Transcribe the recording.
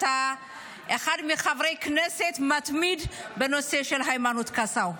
אתה אחד מחברי הכנסת המתמידים בנושא של היימנוט קסאו.